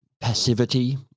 passivity